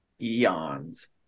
eons